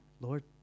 Lord